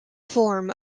form